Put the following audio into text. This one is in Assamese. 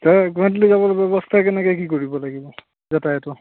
তোৰ গুৱাহাটীলৈ যাবৰ ব্যৱস্থা কেনেকৈ কি কৰিব লাগিব যাতায়তৰ